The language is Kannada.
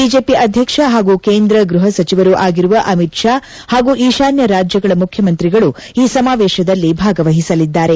ಬಿಜೆಪಿ ಅಧ್ಯಕ್ಷ ಹಾಗೂ ಕೇಂದ್ರ ಗೃಹ ಸಚಿವರೂ ಆಗಿರುವ ಅಮಿತ್ ಶಾ ಹಾಗೂ ಈಶಾನ್ಯ ರಾಜ್ಯಗಳ ಮುಖ್ಕಮಂತ್ರಿಗಳು ಈ ಸಮಾವೇಶದಲ್ಲಿ ಭಾಗವಹಿಸಲಿದ್ದಾರೆ